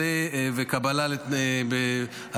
מה